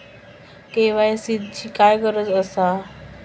KYC ची काय गरज आसा?